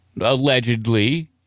allegedly